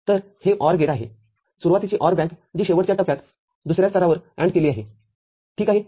तर हे OR गेटआहे सुरुवातीची OR बँक जी शेवटच्या टप्प्यात दुसऱ्या स्तरावर AND केली आहे ठीक आहे